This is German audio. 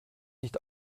nicht